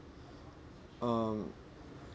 um